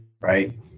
right